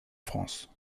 france